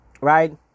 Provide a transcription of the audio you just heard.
Right